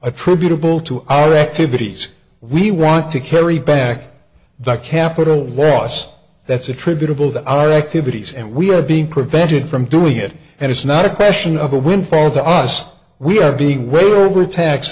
attributable to our activities we want to carry back the capital ross that's attributable to our activities and we're being prevented from doing it and it's not a question of a windfall to us we are being way over tax